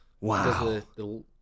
Wow